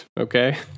okay